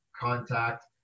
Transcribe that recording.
contact